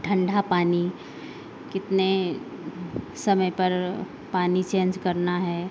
ठंडा पानी कितने समय पर पानी चेंज करना है